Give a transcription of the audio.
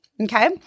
okay